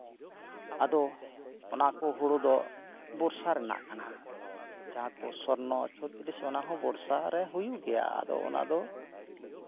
ᱟᱫᱚ ᱚᱱᱟ ᱠᱚ ᱦᱩᱲᱩ ᱫᱚ ᱵᱚᱨᱥᱟ ᱨᱮᱱᱟᱜ ᱠᱟᱱᱟ ᱡᱟᱸᱦᱟ ᱠᱚ ᱥᱚᱨᱱᱚ ᱚᱱᱟᱦᱚᱸ ᱵᱚᱨᱥᱟ ᱨᱮ ᱦᱩᱭᱩᱜᱼᱟ ᱟᱫᱚ